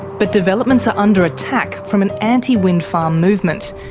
but developments are under attack from an anti-wind farm movement,